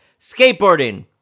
skateboarding